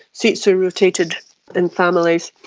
seats are rotated in families.